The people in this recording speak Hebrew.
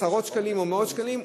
עשרות שקלים או מאות שקלים,